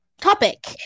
topic